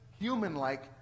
human-like